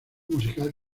musical